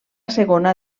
segona